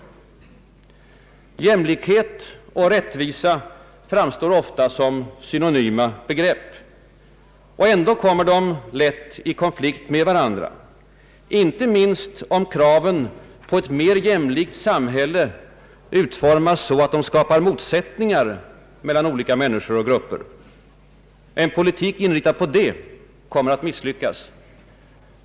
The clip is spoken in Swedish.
Jämlikhet och rättvisa framstår ofta som synonyma begrepp, och ändå kommer de lätt i konflikt med varandra, inte minst om kraven på ett mer jämlikt samhälle utformas så att de skapar motsättningar mellan olika människor och grupper. En politik inriktad på detta kommer att misslyckas.